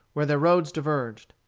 where their roads diverged.